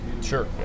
Sure